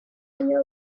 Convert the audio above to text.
umwanya